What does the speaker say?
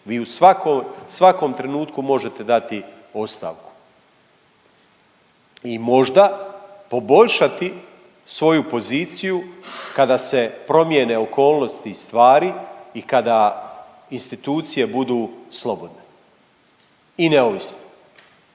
svakom trenutku možete dati ostavku i možda poboljšati svoju poziciju kada se promjene okolnosti stvari i kada institucije budu slobodne i neovisne.